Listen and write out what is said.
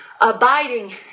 Abiding